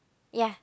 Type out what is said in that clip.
ya